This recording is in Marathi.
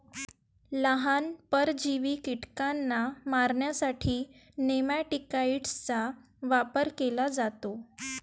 लहान, परजीवी कीटकांना मारण्यासाठी नेमॅटिकाइड्सचा वापर केला जातो